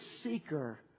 seeker